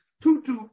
tutu